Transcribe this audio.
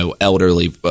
elderly